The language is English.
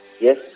yes